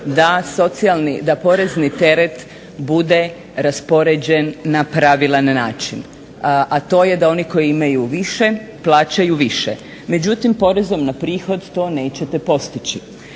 da porezni teret bude raspoređen na pravilan način. A to je da oni koji imaju više plaćaju više. Međutim porezom na prihod to nećete postići.